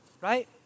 right